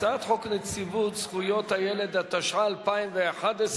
הצעת חוק נציבות זכויות הילד, התשע"א 2011,